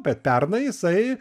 bet pernai jisai